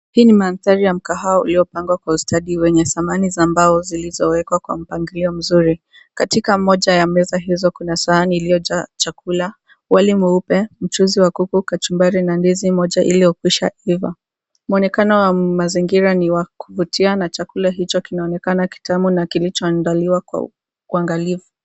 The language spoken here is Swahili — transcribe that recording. Hii ni mandhari ya mkahawa uliopangwa kwa ustadi wenye samani za mbao zilizowekwa kwa mpangilio mzuri. Katika moja ya meza hizo, kuna sahani iliyojaa chakula, wali mweupe, mchuzi wa kuku, kachumbari na ndizi moja iliyokwisha kuiva. Muonekano wa mazingira ni wa kuvutia na chakula hicho kimeonekana kitamu na kilichoandaliwa kwa uangalifu.